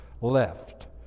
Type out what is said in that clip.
left